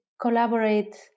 collaborate